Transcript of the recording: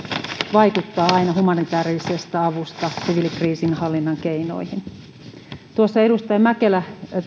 vaikuttaa aina humanitäärisestä avusta siviilikriisinhallinnan keinoihin edustaja mäkelä